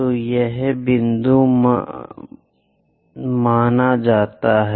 तो यह केंद्र बिंदु माना जाता है